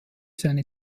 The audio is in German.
seine